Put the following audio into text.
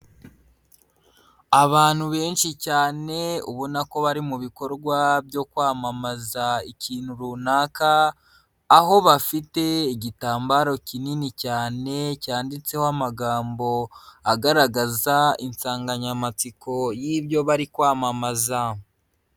Abantu benshi cyane ubona ko bari mu bikorwa byo kwamamaza ikintu runaka, aho bafite igitambaro kinini cyane cyanditseho amagambo agaragaza insanganyamatsiko y'ibyo bari kwamamaza.